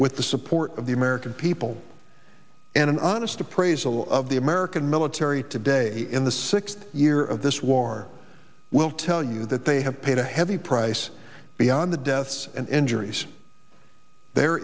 with the support of the american people and an honest appraisal of the american military today in the sixth year of this war will tell you that they have paid a heavy price beyond the deaths and injuries there